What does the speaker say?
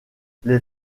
les